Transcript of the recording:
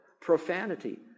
profanity